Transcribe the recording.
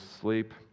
sleep